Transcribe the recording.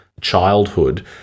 childhood